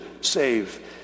save